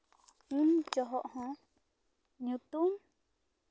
ᱩᱱ ᱡᱚᱦᱚᱜ ᱦᱚᱸ ᱧᱩᱛᱩᱢ